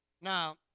Now